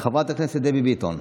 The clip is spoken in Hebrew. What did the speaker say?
חברת הכנסת דבי ביטון,